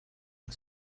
and